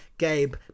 Gabe